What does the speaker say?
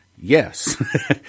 yes